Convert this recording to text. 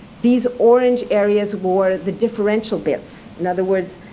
these orange areas were the differential bits. in other words,